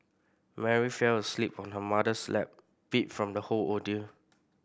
Mary fell asleep on her mother's lap beat from the whole ordeal